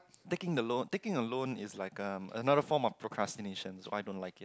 taking the loan taking a loan is like um another form of procrastination so I don't like it